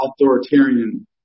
authoritarian